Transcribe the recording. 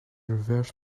reverse